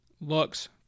looks